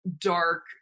dark